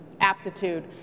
aptitude